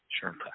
sure